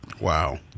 wow